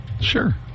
Sure